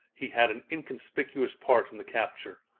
he had an inconspicuous part in the capture.